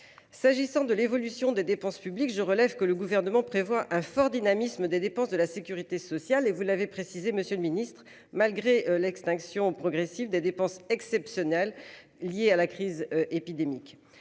S'agissant de l'évolution des dépenses publiques. Je relève que le gouvernement prévoit un fort dynamisme des dépenses de la Sécurité sociale. Et vous l'avez précisé, Monsieur le Ministre, malgré l'extinction progressive des dépenses exceptionnelles liées à la crise épidémique.